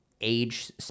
age